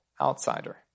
outsider